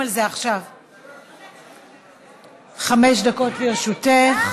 מיכאלי, חמש דקות לרשותך.